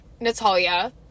Natalia